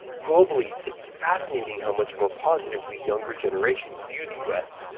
globally, it's fascinating how much more positively younger generations view the u s.